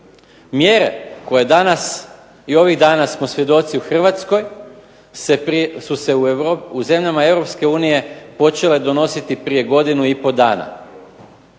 mjere koje danas i ovih dana smo svjedoci u Hrvatskoj su se u zemljama EU počele donositi prije godinu i pol dana.